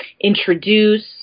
introduce